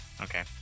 Okay